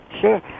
sure